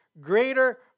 greater